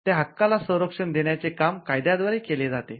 त्या हक्काला संरक्षण देण्याचे काम कायद्या द्वारे केले जाते